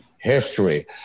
history